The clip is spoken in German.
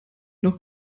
noch